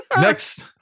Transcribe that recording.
Next